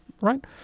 right